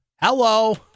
Hello